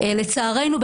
לצערנו,